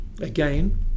again